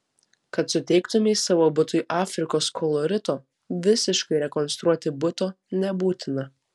kad suteiktumei savo butui afrikos kolorito visiškai rekonstruoti buto nebūtina